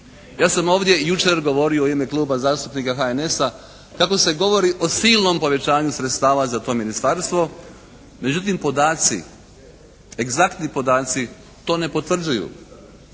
Ja sam ovdje jučer govorio u ime Kluba zastupnika HNS-a kako se govori o silnom povećanju sredstava za to ministarstvo. Međutim podaci, egzaktni podaci to ne potvrđuju.